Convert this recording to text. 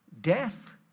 death